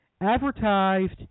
advertised